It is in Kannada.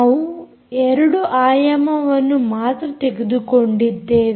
ನಾವು 2 ಆಯಾಮವನ್ನು ಮಾತ್ರ ತೆಗೆದುಕೊಂಡಿದ್ದೇವೆ